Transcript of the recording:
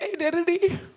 identity